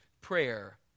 prayer